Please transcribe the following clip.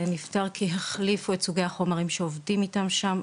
הנושא הזה נפתר כי החליפו את סוגי החומרים שעובדים איתם שם,